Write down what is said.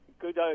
Good